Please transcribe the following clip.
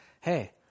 Hey